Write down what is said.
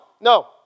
no